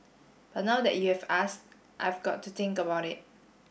but now that you have ask I've got to think about it